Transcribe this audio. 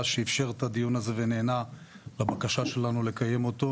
שאפשר את הדיון הזה וענה לבקשתנו לקיים אותו,